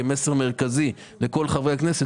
כמסר מרכזי לכל חברי הכנסת,